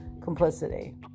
complicity